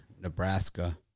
Nebraska